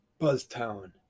Buzztown